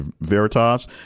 Veritas